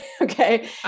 Okay